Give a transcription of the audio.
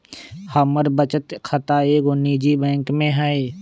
हमर बचत खता एगो निजी बैंक में हइ